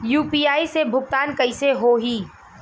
UPI से भुगतान कइसे होहीं?